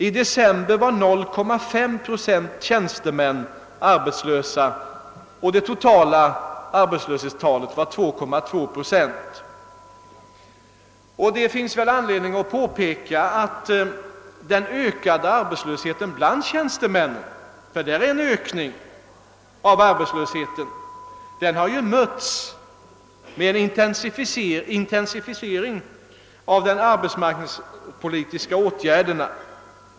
I december var 0,5 procent tjänstemän arbetslösa medan det totala arbetsiöshetstalet var 2,2 procent. Det finns väl anledning att påpeka, att den ökade arbetslösheten bland tjänstemännen — det har förvisso skett en ökning — har mötts med en intensifiering av de arbetsmarknadspolitiska åtgärderna.